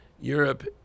Europe